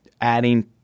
adding